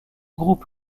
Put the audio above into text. groupe